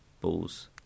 balls